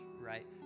right